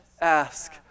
ask